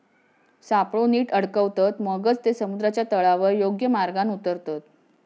सापळो नीट अडकवतत, मगच ते समुद्राच्या तळावर योग्य मार्गान उतारतत